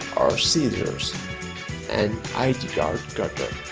or scissors and id card cutter.